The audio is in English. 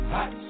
Hot